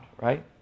right